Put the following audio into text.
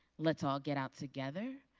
let's all get out together,